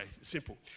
simple